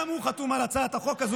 גם הוא חתום על הצעת החוק הזאת,